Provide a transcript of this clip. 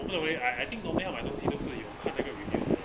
我不懂为 I I think normally 她买东西有看那个 review leh